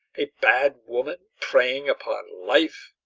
a bad woman preying upon life,